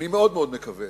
אני מאוד מאוד מקווה